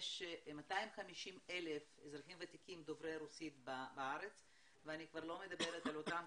יש 250,000 אזרחים ותיקים דוברי רוסית בארץ ואני לא מדברת על אותם,